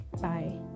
bye